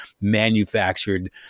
manufactured